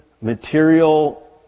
material